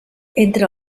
entre